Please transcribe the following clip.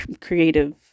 creative